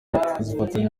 azafatanya